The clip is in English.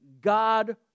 God